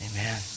Amen